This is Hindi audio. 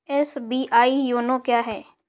एस.बी.आई योनो क्या है?